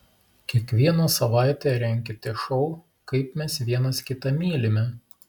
kiekvieną savaitę renkite šou kaip mes vienas kitą mylime